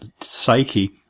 psyche